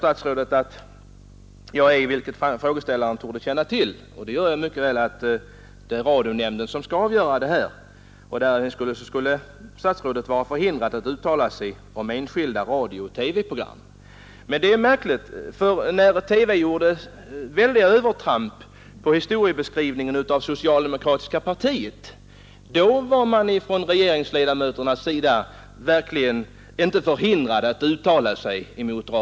Statsrådet säger att frågeställaren torde känna till — vilket jag gör 27 mycket väl — att det är radionämnden som skall övervaka att fastställda riktlinjer för programverksamheten följs. Därmed skulle statsrådet vara förhindrad att uttala sig om enskilda radiooch TV-program. Det är märkligt, ty när TV gjorde väldiga övertramp i fråga om historieskrivningen angående socialdemokratiska partiet kände sig regeringens ledamöter verkligen inte förhindrade att uttala sig.